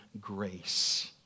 grace